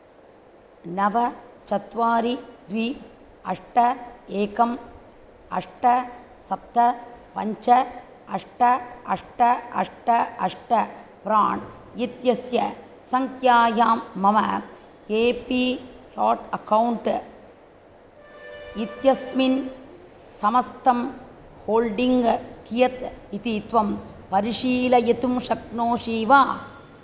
नव चत्वारि द्वि अष्ट एकम् अष्ट सप्त पञ्च अष्ट अष्ट अष्ट अष्ट प्राण् इत्यस्य सङ्ख्यायां मम ए पि ताट् अकौण्ट् इत्यस्मिन् समस्तं होल्डिङ्ग् कियत् इति त्वं परिशिलयितुं शक्नोषि वा